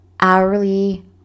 hourly